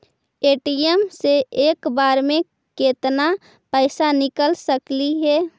ATM से एक बार मे केत्ना पैसा निकल सकली हे?